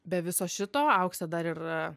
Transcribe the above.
be viso šito auksė dar ir